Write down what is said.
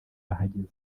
ahageze